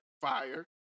fire